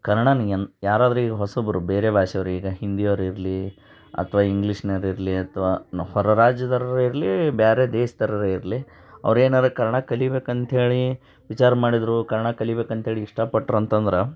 ಕನ್ನಡನ್ನು ಏನ್ ಯಾರಾದರು ಈಗ ಹೊಸಬ್ರು ಬೇರೆ ಭಾಷೆಯವ್ರು ಈಗ ಹಿಂದಿಯವ್ರು ಇರಲಿ ಅಥವಾ ಇಂಗ್ಲೀಷ್ನೋರು ಇರಲಿ ಅಥವಾ ಹೊರರಾಜ್ಯದೋರಾರು ಇರಲಿ ಬೇರೆ ದೇಶದೋರಾರು ಇರಲಿ ಅವ್ರು ಏನಾದ್ರು ಕನ್ನಡ ಕಲಿಬೇಕು ಅಂತೇಳಿ ವಿಚಾರ ಮಾಡಿದರು ಕನ್ನಡ ಕಲಿಬೇಕು ಅಂತೇಳಿ ಇಷ್ಟಪಟ್ರು ಅಂತಂದ್ರೆ